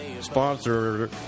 sponsor